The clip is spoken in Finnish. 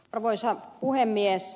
arvoisa puhemies